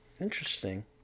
Interesting